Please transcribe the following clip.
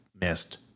missed